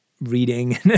reading